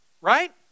right